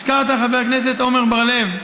הזכרת, חבר הכנסת עמר בר-לב,